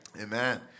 Amen